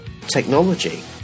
Technology